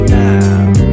now